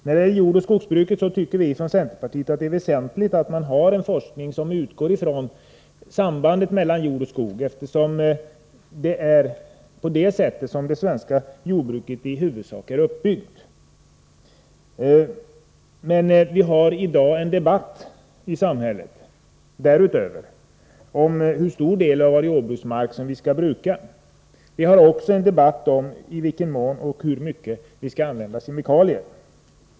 När det gäller jordoch skogsbruket tycker vi inom centerpartiet att det är väsentligt att vi har en forskning som utgår från sambandet mellan jord och skog, eftersom det svenska jordbruket i huvudsak är uppbyggt på detta samband. Men det förekommer i dag också en debatt i samhället om hur stor del av vår jordbruksmark som skall brukas. Det förs också en debatt om i vilken mån vi skall använda kemikalier.